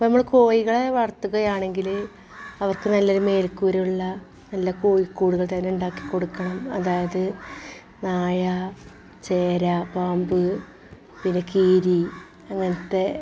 ഇപ്പോൾ നമ്മൾ കോഴികളെ വളർത്തുകയാണെങ്കിൽ അവർക്ക് നല്ലൊരു മേൽക്കൂര ഉള്ള നല്ല കോഴി കൂടുകൾ തന്നെ ഉണ്ടാക്കി കൊടുക്കണം അതായത് നായ ചേര പാമ്പ് പിന്നെ കീരി അങ്ങനത്തെ